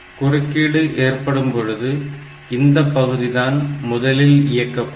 குறுக்கீடு ஏற்படும்பொழுது இந்தப் பகுதிதான் முதலில் இயக்கப்படும்